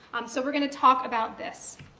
um so we're going to talk about this.